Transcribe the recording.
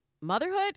motherhood